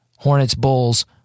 Hornets-Bulls